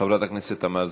חברת הכנסת תמר זנדברג,